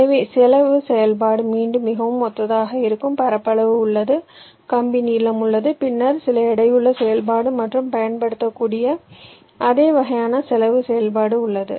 எனவே செலவு செயல்பாடு மீண்டும் மிகவும் ஒத்ததாக இருக்கும் பரப்பளவு உள்ளது கம்பி நீளம் உள்ளது பின்னர் சில எடையுள்ள செயல்பாடு மற்றும் பயன்படுத்தக்கூடிய அதே வகையான செலவு செயல்பாடு உள்ளது